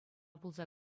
пулса